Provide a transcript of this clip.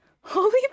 Holy